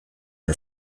her